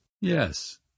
Yes